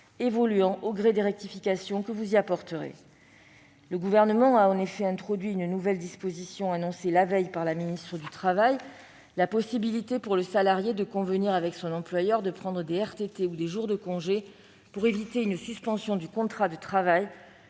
évoluant au gré des rectifications que vous y apporterez. Le Gouvernement a en effet introduit une nouvelle disposition annoncée la veille par la ministre du travail : la possibilité pour le salarié de convenir avec son employeur de prendre des réductions de temps de travail (RTT) ou des jours de congés pour éviter une suspension du contrat de travail.